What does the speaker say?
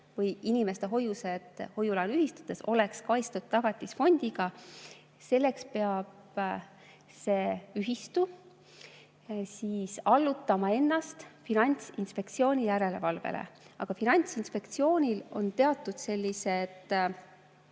et inimeste hoiused hoiu-laenuühistutes oleks kaitstud Tagatisfondiga, peavad need ühistud allutama ennast Finantsinspektsiooni järelevalvele. Aga Finantsinspektsioonil on teatud sellised